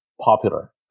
popular